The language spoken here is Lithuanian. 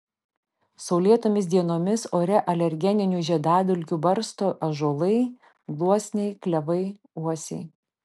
saulėtomis dienomis ore alergeninių žiedadulkių barsto ąžuolai gluosniai klevai uosiai